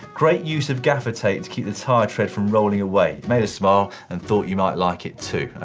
great use of gaffer tape to keep the tire tread from rolling away. made us smile, and thought you might like it too.